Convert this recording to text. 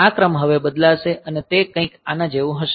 આ ક્રમ હવે બદલાશે અને તે કંઈક આના જેવું હશે